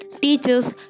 teachers